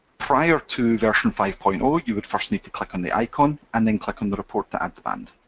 prior to version five point zero you would first need to click on the icon, and then click on the report to add the band.